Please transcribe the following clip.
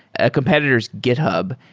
a competitor s github,